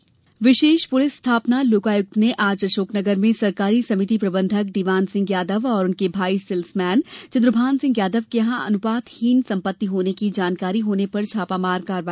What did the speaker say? लोकायुक्त छापा विशेष पुलिस स्थापना लोकायुक्त ने आज अशोकनगर में सरकारी समिति प्रबन्धक दीवान सिंह यादव और उनके भाई सेल्समेन चन्द्रभान सिंह यादव के यहां अनुपातहीन सम्पत्ति होने की जानकारी होने पर छापा मारा